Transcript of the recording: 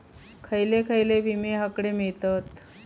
खयले खयले विमे हकडे मिळतीत?